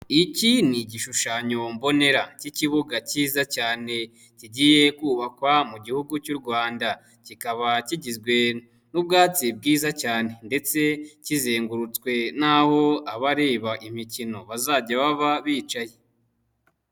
Iki ni igishushanyo mmbora k'ikibuga kiza cyane kigiye kubakwa mu gihugu cy'u Rwanda kikaba kigizwe n'ubwatsi bwiza cyane, ndetse kizengurutswe naho abareba imikino bazajya baba bicaye.